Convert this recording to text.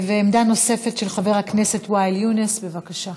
עמדה נוספת של חבר הכנסת ואאל יונס, בבקשה,